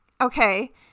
Okay